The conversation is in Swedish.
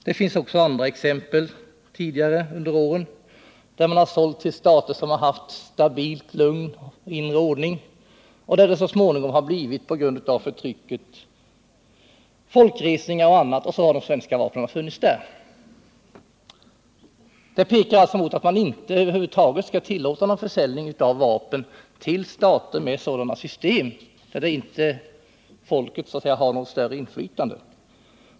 Det finns också andra exempel på att man har sålt till stater som har haft inre ordning och stabilt lugn och där det så småningom, på grund av förtrycket, har blivit folkresningar — och så har de svenska vapnen funnits där. Detta pekar alltså i den riktningen att man inte över huvud taget skall tillåta någon försäljning av vapen till stater med sådana system, där inte folket har något större inflytande.